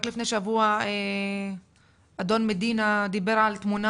רק לפני שבוע אדון מדינה דיבר על תמונה